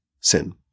sin